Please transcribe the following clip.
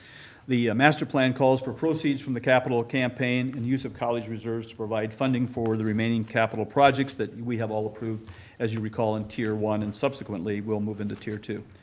the master plan calls for proceeds from the capital campaign and use of college reserves to provide funding for the remaining capital projects that we have all approved as you recall in tier one and subsequently we'll move into tier two.